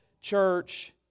church